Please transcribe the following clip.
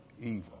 evil